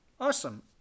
awesome